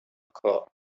کاه